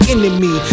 Enemy